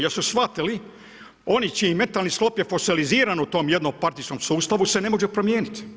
Jer su shvatili oni čiji je mentalni sklop fosiliziran u tom jednopartijskom sustavu se ne može promijeniti.